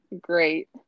Great